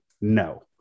No